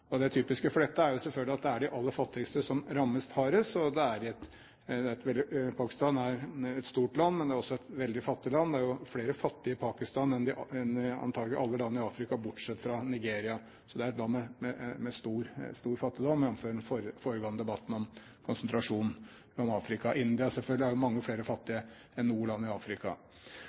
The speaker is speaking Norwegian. typiske for dette er jo selvfølgelig at det er de aller fattigste som rammes hardest, og Pakistan er et stort land, men det er også et veldig fattig land. Det er flere fattige i Pakistan enn antakelig i alle land i Afrika bortsett fra i Nigeria. Så det er et land med stor fattigdom, jf. den foregående debatten om konsentrasjon om Afrika. India, selvfølgelig, har mange flere fattige enn noe land i Afrika.